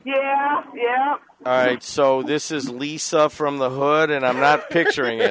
yeah yeah all right so this is lisa from the hood and i'm not picturing it